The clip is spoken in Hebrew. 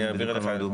אני אעביר אליך.